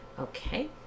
Okay